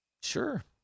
Sure